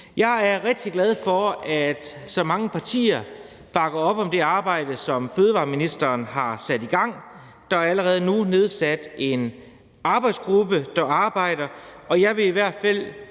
Jeg er rigtig glad for, at så mange partier bakker op om det arbejde, som fødevareministeren har sat i gang; der er allerede nu nedsat en arbejdsgruppe, der arbejder, og jeg vil i hvert fald